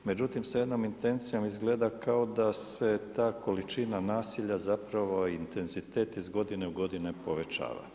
Međutim, s jednom intencijom izgleda kao da se ta količina nasilja zapravo intenzitet iz godine u godinu povećava.